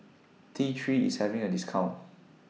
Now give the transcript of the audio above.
T three IS having A discount